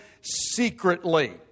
secretly